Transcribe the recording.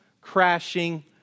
crashing